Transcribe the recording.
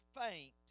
faint